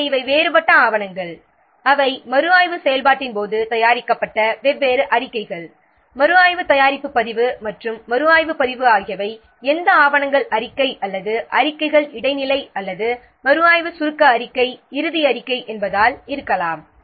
எனவே இவை வேறுபட்ட ஆவணங்கள் அவை மறுஆய்வு செயல்பாட்டின் போது தயாரிக்கப்பட்ட வெவ்வேறு அறிக்கைகள் மறுஆய்வு தயாரிப்பு பதிவு மற்றும் மறுஆய்வு பதிவு ஆகியவை எந்த ஆவணங்கள் அறிக்கை அல்லது அறிக்கைகள் இடைநிலை அல்லது மறுஆய்வு சுருக்க அறிக்கை இறுதி அறிக்கை என்பதால் இருக்கலாம்